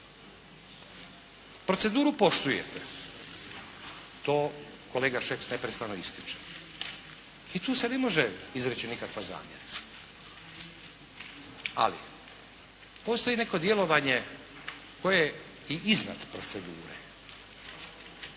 Proceduru poštuju, to kolega Šeks neprestano ističe, i tu se ne može izreći nikakva zamjerka. Ali, postoji neko djelovanje koje je i iznad procedure,